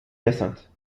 hyacinthe